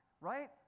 right